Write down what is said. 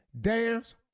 dance